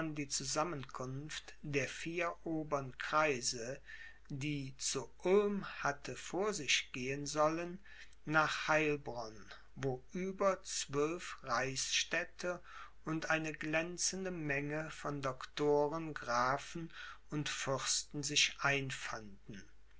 die zusammenkunft der vier obern kreise die zu ulm hatte vor sich gehen sollen nach heilbronn wo über zwölf reichsstädte und eine glänzende menge von doctoren grafen und fürsten sich einfanden